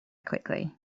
quickly